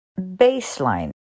baseline